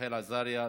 רחל עזריה,